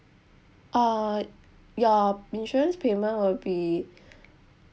uh your insurance payment will be